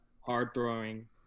hard-throwing